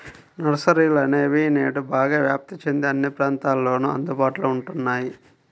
నర్సరీలనేవి నేడు బాగా వ్యాప్తి చెంది అన్ని ప్రాంతాలలోను అందుబాటులో ఉంటున్నాయి